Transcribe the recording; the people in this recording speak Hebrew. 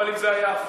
אם זה היה הפוך.